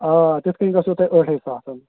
آ تِتھٕ کٔنۍ گژھوٕ تۄہہِ ٲٹھٕے ساسَن